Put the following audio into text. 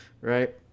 right